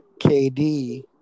KD